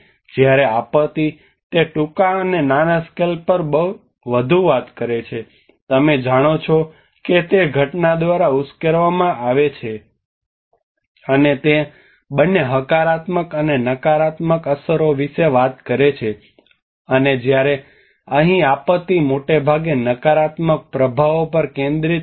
જ્યારે આપત્તિ તે ટૂંકા અને નાના સ્કેલ પર વધુ વાત કરે છે તમે જાણો છો કે તે ઘટના દ્વારા ઉશ્કેરવામાં આવે છે અને તે બંને હકારાત્મક અને નકારાત્મક અસરો વિશે વાત કરે છે અને જ્યારે અહીં આપત્તિ મોટે ભાગે નકારાત્મક પ્રભાવો પર કેન્દ્રિત છે